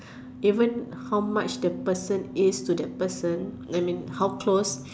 even how much the person is to that person that mean how close